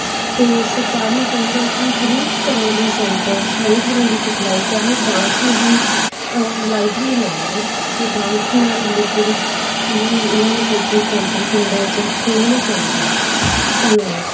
ਅਤੇ ਸਰਕਾਰ ਨੂੰ ਚਾਹੀਦਾ ਕਿ ਹਰੇਕ ਤਰ੍ਹਾਂ ਦੀ ਸੈਂਟਰ ਹਰੇਕ ਤਰ੍ਹਾਂ ਦੀ ਸਿਖਲਾਈ ਚਾਹੇ ਉਹ ਡਾਂਸ ਨੂੰ ਵੀ ਉਹ ਲਾਈਟਲੀ ਨਾ ਲੈਣ ਅਤੇ ਡਾਂਸ ਨਾਲ ਰਿਲੇਟਡ ਵੀ ਇਹਨਾਂ ਨੂੰ ਕੋਚਿੰਗ ਸੈਂਟਰ ਪਿੰਡਾਂ 'ਚ ਖੋਲ੍ਹਣੇ ਚਾਹੀਦੇ ਹਨ ਧੰਨਵਾਦ